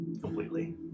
completely